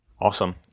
Awesome